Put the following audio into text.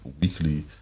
weekly